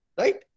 right